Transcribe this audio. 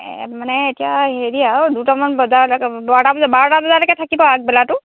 মানে এতিয়া হেৰি আৰু দুটামান বজালৈকে বাৰটা বজা বাৰটা বজালৈকে থাকিব আগবেলাটো